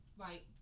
right